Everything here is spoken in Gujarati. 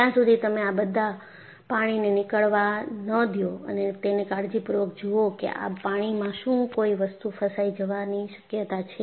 જ્યાં સુધી તમે આ બધા પાણીને નીકળવા ન દયો અને તેને કાળજીપૂર્વક જુઓ કે આ પાણીમાં શું કોઈ વસ્તુ ફસાઈ જવાની શક્યતા છે